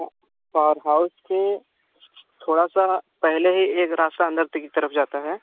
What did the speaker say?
power house से थोड़ा पहले ही एक रास्ता अंदर की तरफ जाता है